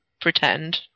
pretend